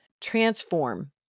transform